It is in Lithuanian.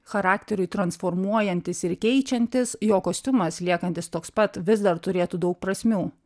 charakteriui transformuojantis ir keičiantis jo kostiumas liekantis toks pat vis dar turėtų daug prasmių